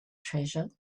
treasure